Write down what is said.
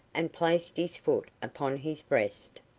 and placed his foot upon his breast.